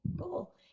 Cool